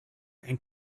and